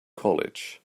college